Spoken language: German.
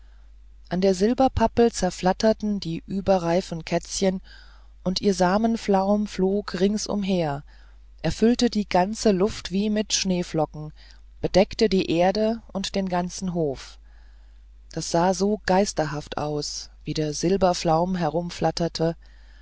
an der silberpappel zerflatterten die überreifen kätzchen und ihr samenflaum flog rings umher füllte die ganze luft wie mit schneeflocken bedeckte die erde und den ganzen hof das sah so geisterhaft aus wie der